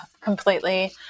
completely